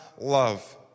love